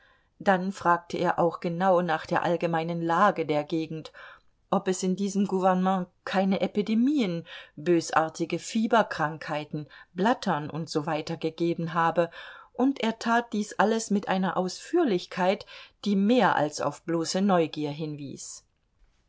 dann fragte er auch genau nach der allgemeinen lage der gegend ob es in diesem gouvernement keine epidemien bösartige fieberkrankheiten blattern usw gegeben habe und er tat dies alles mit einer ausführlichkeit die mehr als auf bloße neugierde hinwies